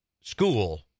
school